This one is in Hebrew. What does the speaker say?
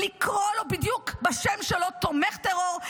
לקרוא לו בדיוק בשם שלו: תומך טרור,